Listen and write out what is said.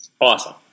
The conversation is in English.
Awesome